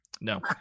no